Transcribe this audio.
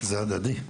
זה הדדי.